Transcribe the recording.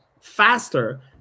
faster